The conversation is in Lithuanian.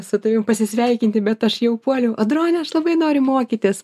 su tavim pasisveikinti bet aš jau puoliau audrone aš labai nori mokytis